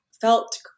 felt